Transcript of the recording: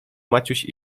maciuś